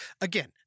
Again